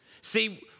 See